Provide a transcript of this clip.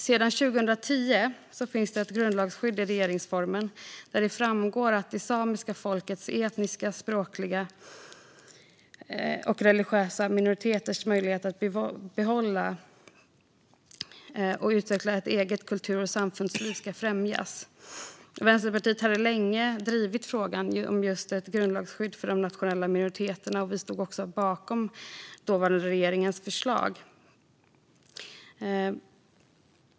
Sedan 2010 finns det ett grundlagsskydd i regeringsformen där det framgår att det samiska folkets och etniska, språkliga och religiösa minoriteters möjligheter att behålla och utveckla ett eget kultur och samfundsliv ska främjas. Vänsterpartiet hade länge drivit frågan om just ett grundlagsskydd för de nationella minoriteterna, och vi stod bakom den dåvarande regeringens förslag.